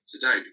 today